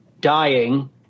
dying